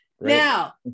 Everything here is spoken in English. Now